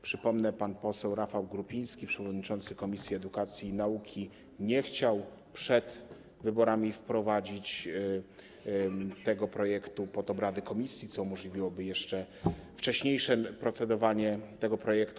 Przypomnę, pan poseł Rafał Grupiński, przewodniczący komisji edukacji i nauki, nie chciał przed wyborami wprowadzić tego projektu pod obrady komisji, co umożliwiłoby jeszcze wcześniejsze procedowanie nad tym projektem.